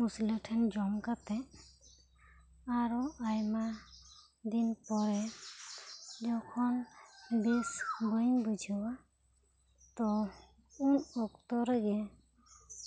ᱢᱩᱥᱞᱟᱹ ᱴᱷᱮᱱ ᱡᱚᱢ ᱠᱟᱛᱮᱫ ᱟᱨᱚ ᱟᱭᱢᱟ ᱫᱤᱱ ᱯᱚᱨᱮ ᱡᱚᱠᱷᱚᱱ ᱵᱮᱥ ᱵᱟᱹᱧ ᱵᱩᱡᱷᱟᱣᱟ ᱛᱚ ᱩᱱ ᱚᱠᱛᱚ ᱨᱮᱜᱮ